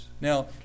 Now